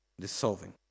dissolving